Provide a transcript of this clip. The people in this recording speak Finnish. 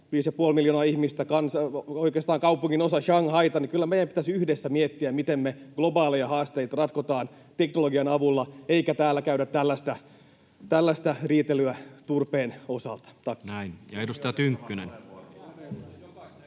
5,5 miljoonaa ihmistä, oikeastaan kaupunginosa Shanghaita — meidän kyllä pitäisi yhdessä miettiä, miten me globaaleja haasteita ratkotaan teknologian avulla, eikä täällä käydä tällaista riitelyä turpeen osalta. — Tack. Erinomainen